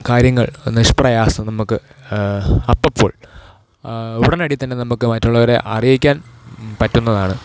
കാര്യങ്ങൾ നിഷ്പ്രയാസം നമുക്ക് അപ്പപ്പോൾ ഉടനടി തന്നെ നമുക്ക് മറ്റുള്ളവരെ അറിയിക്കാൻ പറ്റുന്നതാണ്